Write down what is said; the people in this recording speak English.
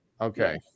Okay